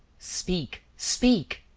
speak speak.